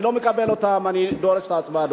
אני לא מקבל אותה ודורש את ההצבעה,